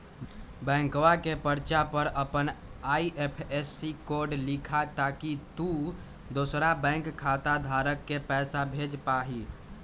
बैंकवा के पर्चा पर अपन आई.एफ.एस.सी कोड लिखा ताकि तु दुसरा बैंक खाता धारक के पैसा भेज पा हीं